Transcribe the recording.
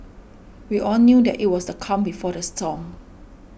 we all knew that it was the calm before the storm